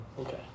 Okay